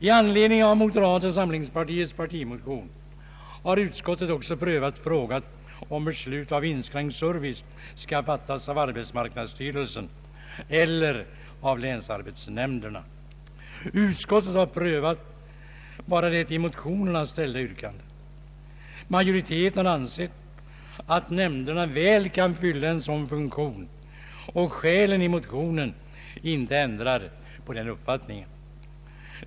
I anledning av moderata samlingspartiets partimotion har utskottet också prövat frågan huruvida beslut om inskränkt service skall fattas av arbetsmarknadsstyrelsen eller av länsarbetsnämnderna. Utskottet har prövat bara det i motionerna ställda yrkandet. Majoriteten har ansett att nämnderna väl kan fylla en sådan funktion, och skälen i motionerna ändrar inte på den uppfattningen.